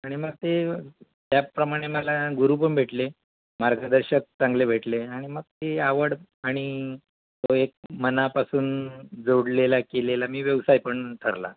आणि मग ते त्याप्रमाणे मला गुरु पण भेटले मार्गदर्शक चांगले भेटले आणि मग ती आवड आणि तो एक मनापासून जोडलेला केलेला मी व्यवसाय पण ठरला